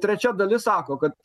trečia dalis sako kad